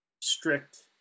strict